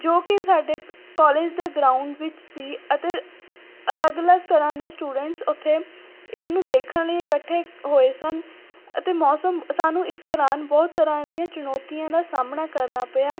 ਜੋ ਕਿ ਸਾਡੇ ਕੋਲਜ ਦੇ ਗਰਾਉਂਡ ਵਿੱਚ ਸੀ ਅਤੇ ਅਲੱਗ ਅਲੱਗ ਤਰ੍ਹਾਂ ਦੇ ਸਟੂਡੈਂਟਸ ਉੱਥੇ ਇਸ ਨੂੰ ਦੇਖਣ ਲਈ ਇਕੱਠੇ ਹੋਏ ਸਨ ਅਤੇ ਮੌਸਮ ਸਾਨੂੰ ਇਸ ਦੌਰਾਨ ਬਹੁਤ ਤਰ੍ਹਾਂ ਦੀਆਂ ਚੁਣੌਤੀਆਂ ਦਾ ਸਾਹਮਣਾ ਕਰਨਾ ਪਿਆ